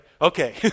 Okay